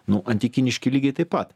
nu antikiniški lygiai taip pat